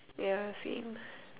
ya same